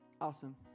Awesome